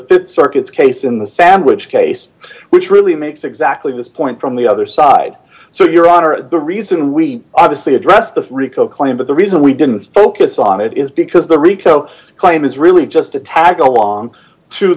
the circuits case in the sandwich case which really makes exactly this point from the other side so your honor the reason we obviously address the rico claim but the reason we didn't focus on it is because the rico claim is really just a tag along to